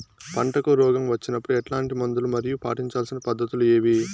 పంటకు రోగం వచ్చినప్పుడు ఎట్లాంటి మందులు మరియు పాటించాల్సిన పద్ధతులు ఏవి?